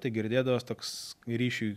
tai girdėdavos toks ryšiui